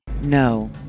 No